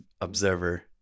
observer